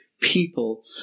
people